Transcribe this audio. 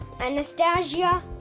Anastasia